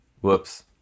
Whoops